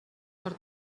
per